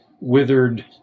withered